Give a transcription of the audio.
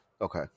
Okay